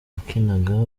wakinaga